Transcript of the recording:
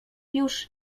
już